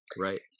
Right